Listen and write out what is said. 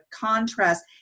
contrast